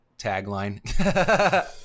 tagline